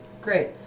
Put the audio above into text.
Great